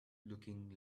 looking